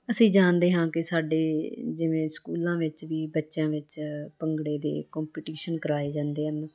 ਅਸੀਂ ਜਾਣਦੇ ਹਾਂ ਕਿ ਸਾਡੇ ਜਿਵੇਂ ਸਕੂਲਾਂ ਵਿੱਚ ਵੀ ਬੱਚਿਆਂ ਵਿੱਚ ਭੰਗੜੇ ਦੇ ਕੰਪੀਟੀਸ਼ਨ ਕਰਵਾਏ ਜਾਂਦੇ ਹਨ